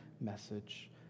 message